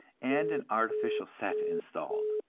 and an artificial set installed.